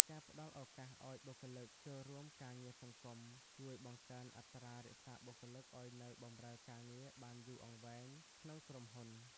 ការផ្ដល់ឱកាសឱ្យបុគ្គលិកចូលរួមការងារសង្គម ជួយបង្កើនអត្រារក្សាបុគ្គលិកឱ្យនៅបម្រើការងារបានយូរអង្វែងក្នុងក្រុមហ៊ុន។